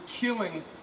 killing